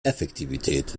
effektivität